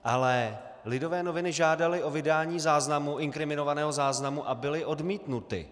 Ale Lidové noviny žádaly o vydání inkriminovaného záznamu a byly odmítnuty.